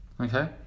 Okay